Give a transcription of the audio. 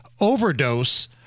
overdose